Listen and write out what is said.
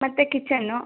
ಮತ್ತೆ ಕಿಚನ್ನು